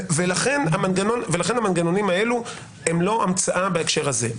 ולכן המנגנונים האלה הם לא המצאה בהקשר הזה.